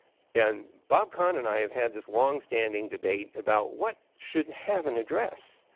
and bob kahn and i have had this long-standing debate about what should have an address.